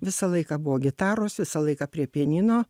visą laiką buvo gitaros visą laiką prie pianino